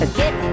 get